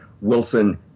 Wilson